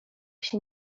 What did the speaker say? się